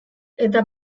eta